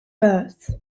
births